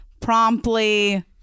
promptly